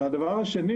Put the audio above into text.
הדבר השני,